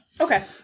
Okay